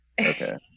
okay